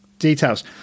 details